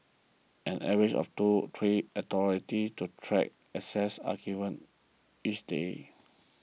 an average of two to three authorities to track access are given each day